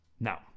Now